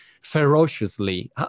ferociously